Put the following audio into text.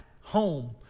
home